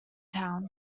town